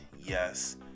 yes